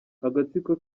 agatsiko